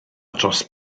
dros